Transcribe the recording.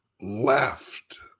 left